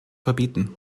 verbieten